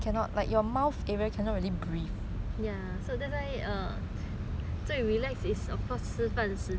ya so that's why err 最 relax is of course 吃饭时间 when you really can don't need to